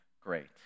great